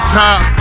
top